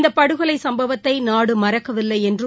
இந்தபடுகொலைசம்பவத்தைநாடுமறக்கவில்லைஎன்றும்